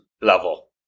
level